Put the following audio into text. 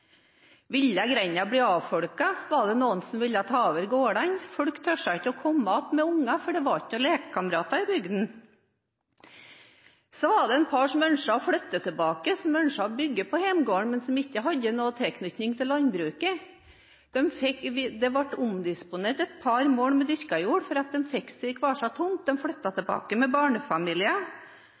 Ville grenda bli avfolket, var det noen som ville ta over gårdene? Folk turte ikke å komme tilbake med unger, for det var ikke noen lekekamerater i bygda. Så var det et par som ønsket å flytte tilbake, som ønsket å bygge på hjemgården, men som ikke hadde noen tilknytning til landbruket. Det ble omdisponert et par mål dyrket jord så de fikk seg hver sin tomt. De flyttet tilbake med